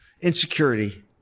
insecurity